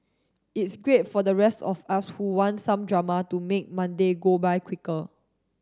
it's great for the rest of us who want some drama to make Monday go by quicker